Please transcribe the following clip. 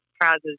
prizes